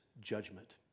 judgment